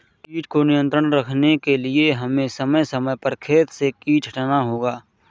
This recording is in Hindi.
कीट को नियंत्रण रखने के लिए हमें समय समय पर खेत से कीट हटाना होगा